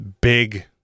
big